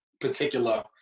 particular